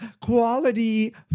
quality